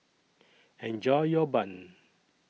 Enjoy your Bun